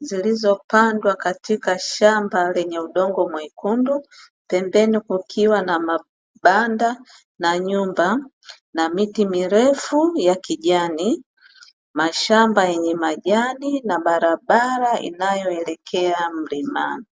zilizopandwa katika shamba lenye udongo mwekundu pembeni kukiwa na mabanda na nyumba na miti mirefu ya kijani, mashamba yenye majani na barabara inayoelekea mlimani.